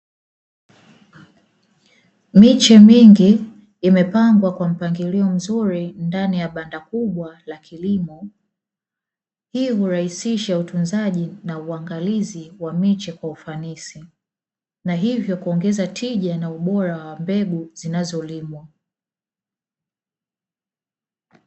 Miche mingi imepangwa kwa mpangilio mzuri ndani ya banda kubwa la kilimo, hii hurahisisha utunzaji na uangalizi wa miche kwa ufanisi, na hivyo kuongeza tija na ubora wa mbegu zinazolimwa.